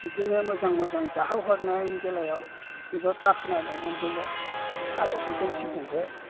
बिदिनो मोजां मोजां जाहोहरनायनि बेलायाव जोबोद बाखनायनाय मोन्दोंमोन आलासि दुमसिजोंबो